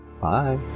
Bye